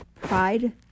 pride